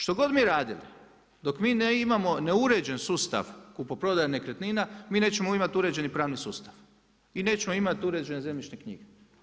Što god mi radili, dok mi imamo neuređen sustav kupoprodaje nekretnina, mi nećemo imati uređeni pravni sustav i nećemo imati uređene zemljišne knjige.